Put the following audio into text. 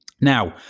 Now